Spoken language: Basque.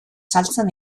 saltzen